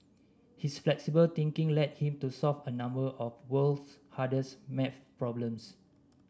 his flexible thinking led him to solve a number of world's hardest maths problems